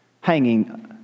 hanging